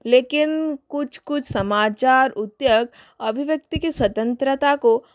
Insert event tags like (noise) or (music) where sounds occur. लेकिन कुछ कुछ समाचार (unintelligible) अभिव्यक्ति की स्वतंत्रता को